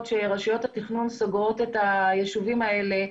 שרשויות התכנון סוגרות את היישובים האלה.